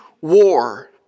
war